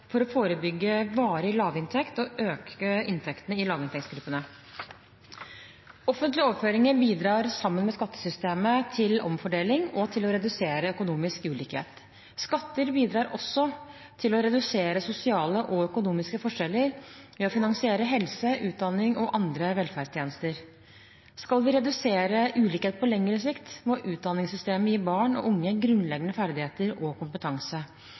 for å forebygge varig lavinntekt og øke inntektene i lavinntektsgruppene. Offentlige overføringer bidrar sammen med skattesystemet til omfordeling og til å redusere økonomisk ulikhet. Skatter bidrar også til å redusere sosiale og økonomiske forskjeller ved å finansiere helse, utdanning og andre velferdstjenester. Skal vi redusere ulikhet på lengre sikt, må utdanningssystemet gi barn og unge grunnleggende ferdigheter og kompetanse.